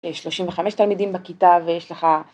שלושים וחמש תלמידים בכיתה ויש לך